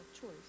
choice